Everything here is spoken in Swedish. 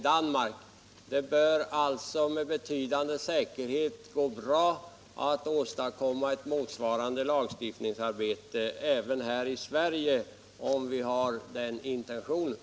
Det bör därför säkert gå bra att åstadkomma en sådan lag även i Sverige, om vi har de intentionerna.